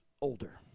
older